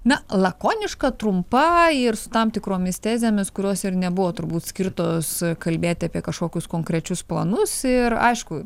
na lakoniška trumpa ir su tam tikromis tezėmis kurios ir nebuvo turbūt skirtos kalbėti apie kažkokius konkrečius planus ir aišku